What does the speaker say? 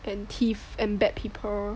and thief and bad people